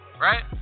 right